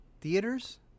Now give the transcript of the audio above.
Theaters